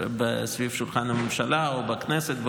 סביב שולחן הממשלה או בכנסת,